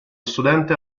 studente